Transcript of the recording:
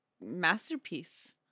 Masterpiece